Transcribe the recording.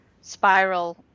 spiral